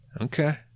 Okay